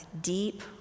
deep